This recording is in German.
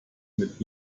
mit